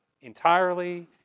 entirely